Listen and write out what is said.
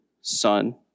son